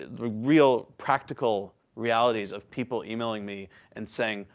real practical realities of people emailing me and saying,